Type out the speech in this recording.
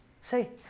say